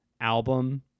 album